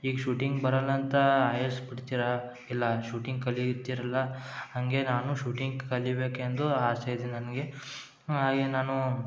ಈಗ ಶೂಟಿಂಗ್ ಬರಲ್ಲಂತ I A S ಬಿಡ್ತಿರಾ ಇಲ್ಲ ಶೂಟಿಂಗ್ ಕಲೀತೀರಲ್ಲ ಹಾಗೆ ನಾನು ಶೂಟಿಂಗ್ ಕಲಿಬೇಕೆಂದು ಆಸೆ ಇದೆ ನನಗೆ ಹಾಗೆ ನಾನು